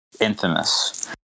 Infamous